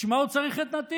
בשביל מה הוא צריך את נתיב?